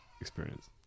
experience